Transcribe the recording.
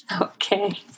Okay